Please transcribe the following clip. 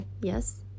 yes